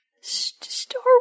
Star